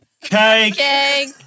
Cake